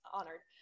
Honored